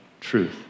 truth